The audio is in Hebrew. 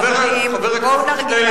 חברים, בואו ונרגיע.